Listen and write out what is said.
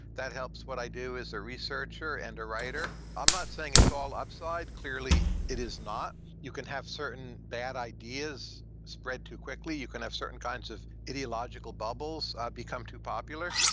that helps what i do as a researcher and a writer. i'm not saying it's all upside. clearly, it is not. you can have certain bad ideas spread too quickly. you can have certain kinds of ideological bubbles become too popular.